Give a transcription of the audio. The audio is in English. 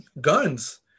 guns